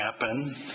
happen